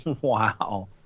Wow